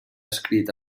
escrit